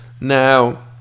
Now